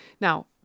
Now